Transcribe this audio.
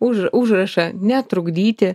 už užrašą netrukdyti